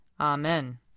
Amen